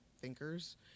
thinkers